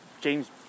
James